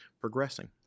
progressing